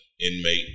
inmate